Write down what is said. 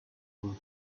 group